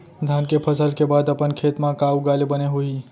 धान के फसल के बाद अपन खेत मा का उगाए ले बने होही?